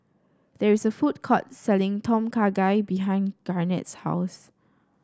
there is a food court selling Tom Kha Gai behind Garnett's house